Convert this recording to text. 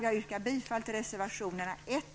Jag yrkar bifall till reservationerna 1